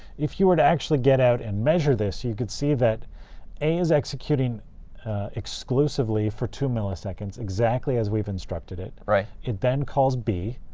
if you were to actually get out and measure this, you could see that a is executing exclusively for two milliseconds, exactly as we've instructed it. it then calls b,